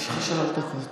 יש לך שלוש דקות.